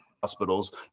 Hospitals